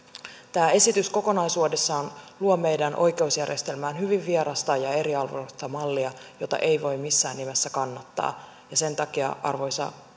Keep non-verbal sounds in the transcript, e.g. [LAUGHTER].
tämä esitys kokonaisuudessaan luo meidän oikeusjärjestelmään hyvin vierasta ja eriarvoistavaa mallia jota ei voi missään nimessä kannattaa ja sen takia arvoisa [UNINTELLIGIBLE]